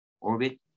orbit